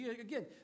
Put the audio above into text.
Again